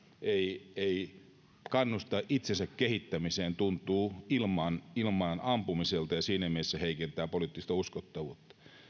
ei ei kannusta itsensä kehittämiseen tuntuu ilmaan ampumiselta ja siinä mielessä heikentää poliittista uskottavuutta